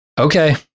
Okay